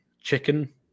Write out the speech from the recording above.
chicken